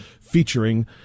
Featuring